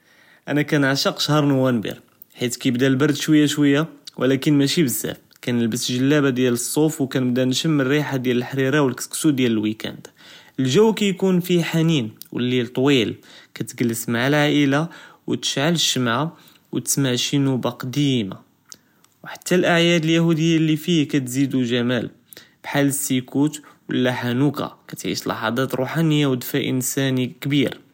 אנה כנעשׁק שח׳ר נובמבר חית כִיבְּדא לבְּרד שׁוִויא שׁוִויא ו ולכִּין מאשי בזאף כנלבְּס ג׳לאבָּה דיאל צּוּף ו כִנבְּדא נְשׁם לרִיחָה דיאל לחְרִירָה ו לכְּסכְּס ו דיאל לוויקאנד, לג׳ו כיכּון פיה חנין ו לליל טוִיל כִּתגלס מעא לעאִילָה ו תִשְׁעל לשׁמעָה ו תִסמע שי נוּבָּה קדִימָה ו hatta לאעיאד ליהודִיָה לי פיה כִּתזִידו ג׳מאל בהאל לסִיכּוּת ו לא חָנוּכָּה כִּתעישׁ לחָד׳את רוחָנִיָה ו דְפא אינסאני כְּבִיר.